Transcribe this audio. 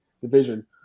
division